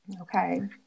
Okay